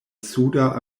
suda